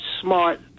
smart